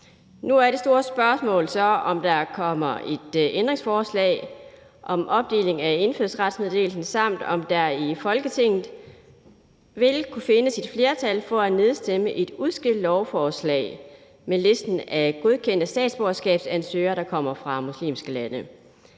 Nu er det store spørgsmål så, om der kommer et ændringsforslag om opdeling af indfødsretsmeddelelsen, samt om der i Folketinget vil kunne findes et flertal for at nedstemme et udskilt lovforslag med listen over godkendte statsborgerskabsansøgere, der kommer fra muslimske lande.